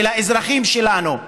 של האזרחים שלנו.